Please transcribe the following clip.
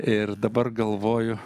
ir dabar galvoju